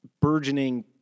burgeoning